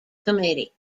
committee